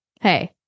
Hey